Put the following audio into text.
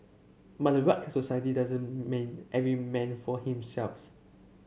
but a rugged society doesn't mean every man for